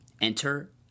Enter